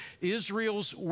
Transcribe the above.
Israel's